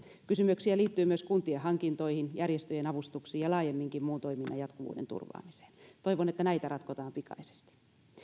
kysymyksiä liittyy myös kuntien hankintoihin järjestöjen avustuksiin ja laajemminkin muun toiminnan jatkuvuuden turvaamiseen toivon että näitä ratkotaan pikaisesti